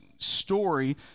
story